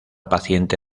paciente